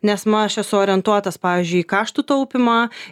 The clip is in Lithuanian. nes aš esu orientuotas pavyzdžiui į karštų taupymą